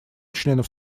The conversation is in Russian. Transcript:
членов